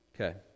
Okay